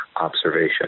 observation